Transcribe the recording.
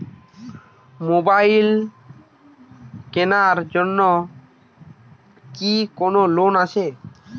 Mobile কেনার জন্য কি কোন লোন আছে?